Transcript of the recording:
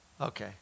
Okay